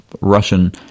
Russian